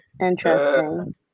Interesting